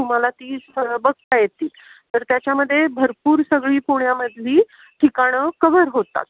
तुम्हाला ती स्थळं बघता येतील तर त्याच्यामध्ये भरपूर सगळी पुण्यामधली ठिकाणं कवर होतात